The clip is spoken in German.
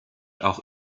auch